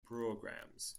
programs